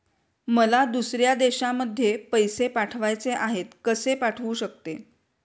मला दुसऱ्या देशामध्ये पैसे पाठवायचे आहेत कसे पाठवू शकते?